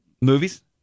movies